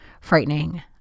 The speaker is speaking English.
frightening